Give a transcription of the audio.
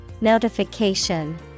Notification